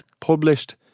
published